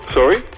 Sorry